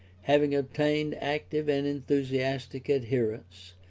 having obtained active and enthusiastic adherents,